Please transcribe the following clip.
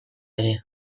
ere